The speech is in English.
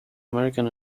american